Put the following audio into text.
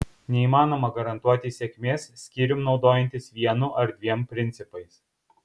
neįmanoma garantuoti sėkmės skyrium naudojantis vienu ar dviem principais